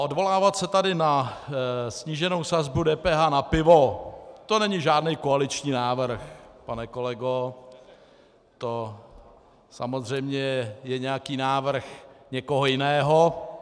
Odvolávat se tady na sníženou sazbu DPH na pivo to není žádný koaliční návrh, pane kolego, to samozřejmě je nějaký návrh někoho jiného.